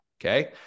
okay